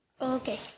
Okay